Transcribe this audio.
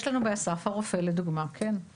יש לנו באסף הרופא לדוגמה, כן.